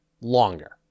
longer